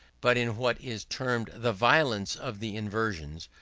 but in what is termed the violence of the inversions,